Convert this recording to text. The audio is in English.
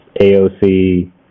AOC